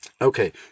Okay